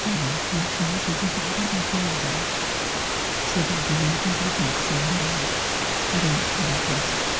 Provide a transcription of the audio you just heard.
তবে মাসে মাসে যে টাকাটা পেয়ে যায় সেটা দিয়েই তাদের গ্যাস সিলিন্ডারের গ্যাস ভরা হয়ে যায়